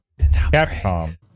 Capcom